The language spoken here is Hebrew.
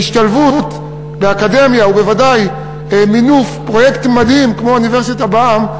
השתלבות באקדמיה ובוודאי מינוף פרויקט מדהים כמו "אוניברסיטה בעם",